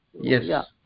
yes